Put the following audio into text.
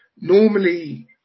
normally